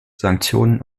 sanktionen